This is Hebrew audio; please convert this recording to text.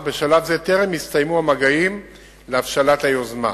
אך בשלב זה טרם הסתיימו המגעים להבשלת היוזמה.